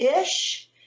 ish